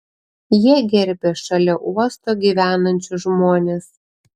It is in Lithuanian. jie gerbia šalia uosto gyvenančius žmones